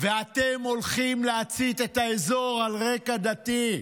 ואתם הולכים להצית את האזור על רקע דתי,